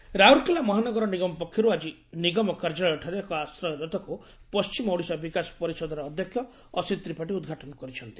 ଆଶ୍ରୟ ରଥ ରାଉରକେଲା ମହାନଗର ନିଗମ ପକ୍ଷରୁ ଆକି ନିଗମ କାର୍ଯ୍ୟାଳୟଠାରେ ଏକ ଆଶ୍ରୟ ରଥକୁ ପଣ୍କିମ ଓଡ଼ିଶା ବିକାଶ ପରିଷଦର ଅଧ୍ଧକ୍ଷ ଅସିତ୍ ତ୍ରିପାଠୀ ଉଦ୍ଘାଟନ କରିଛନ୍ତି